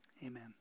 Amen